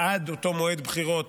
עד אותו מועד בחירות,